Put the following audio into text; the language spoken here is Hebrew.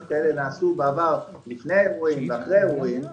כאלה נעשו בעבר לפני אירועים ואחרי אירועים,